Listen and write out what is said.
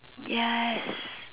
yes